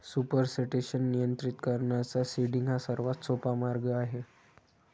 supersaturation नियंत्रित करण्याचा seeding हा सर्वात सोपा मार्ग आहे